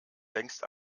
längst